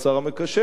אני בהחלט אומר,